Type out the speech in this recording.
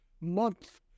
month